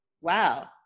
Wow